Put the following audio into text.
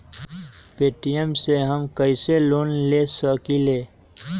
Paytm से हम कईसे लोन ले सकीले?